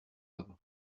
level